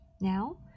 Now